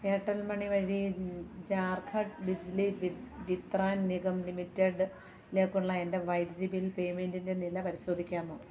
Airtel money വഴി ജാർഖണ്ഡ് ബിജിലി വിത്രാൻ നിഗം ലിമിറ്റഡ്ലേക്കുള്ള എൻ്റെ വൈദ്യുതി ബിൽ പേയ്മെൻ്റിൻ്റെ നില പരിശോധിക്കാമോ